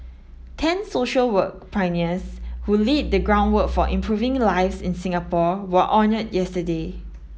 ten social work pioneers who laid the groundwork for improving lives in Singapore were honoured yesterday